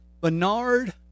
Bernard